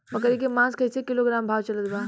बकरी के मांस कईसे किलोग्राम भाव चलत बा?